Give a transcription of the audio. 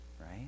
Right